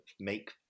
make